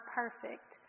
perfect